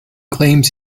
claims